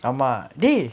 eh